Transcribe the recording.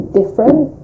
different